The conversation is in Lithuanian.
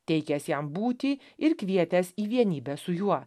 teikęs jam būtį ir kvietęs į vienybę su juo